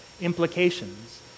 implications